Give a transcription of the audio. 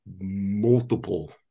multiple